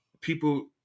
people